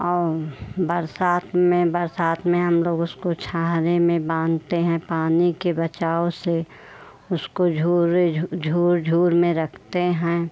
और बरसात में बरसात में हम लोग उसको छाहने में बांधते हैं पानी के बचाव से उसको झूरे झूर झूर में रखते हैं